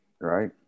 right